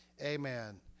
amen